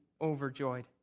overjoyed